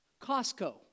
Costco